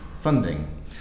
funding